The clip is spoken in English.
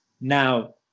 now